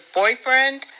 boyfriend